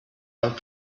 out